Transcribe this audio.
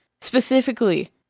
specifically